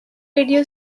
radio